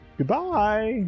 Goodbye